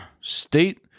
State